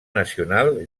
nacional